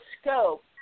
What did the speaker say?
scope